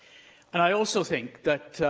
and i also think that,